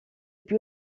più